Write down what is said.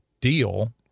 deal